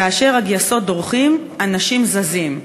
כאשר הגייסות דורכים, אנשים זזים"